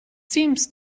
seems